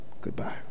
goodbye